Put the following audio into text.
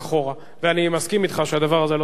ואני מסכים אתך שהדבר הזה לא צריך להתקיים.